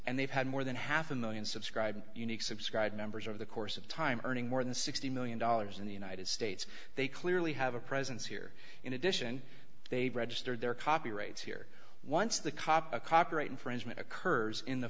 and they've had more than half a one million subscribed unique subscribed members over the course of time earning more than sixty million dollars in the united states they clearly have a presence here in addition they've registered their copyrights here once the cop a copyright infringement occurs in the